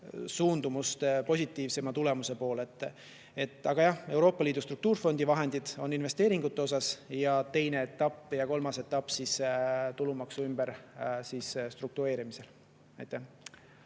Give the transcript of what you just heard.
suundumust positiivsema tulemuse poole. Aga jah, Euroopa Liidu struktuurifondi vahendid on investeeringute osa ning teine etapp ja kolmas etapp tulumaksu ümberstruktureerimine. Aitäh!